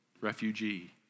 refugee